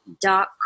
dot